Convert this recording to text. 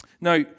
Now